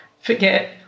forget